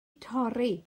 torri